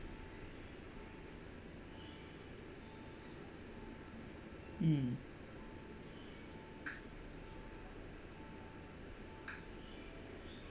mm